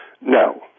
no